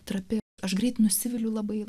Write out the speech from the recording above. trapi aš greit nusiviliu labai